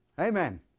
Amen